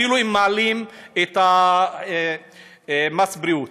אפילו אם מעלים את מס הבריאות.